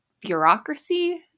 bureaucracy